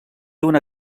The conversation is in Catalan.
una